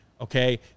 Okay